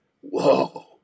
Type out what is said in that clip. Whoa